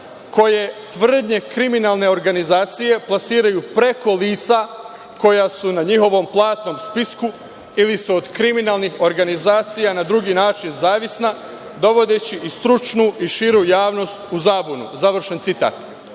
koje tvrdnje kriminalne organizacije plasiraju preko lica koja su na njihovom platnom spisku ili su od kriminalnih organizacija na drugi način zavisna, dovodeći i stručnu i širu javnost u zabunu“, završen citat. Ovo